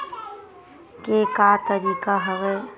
के का तरीका हवय?